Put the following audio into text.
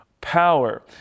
power